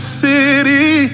city